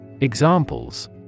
Examples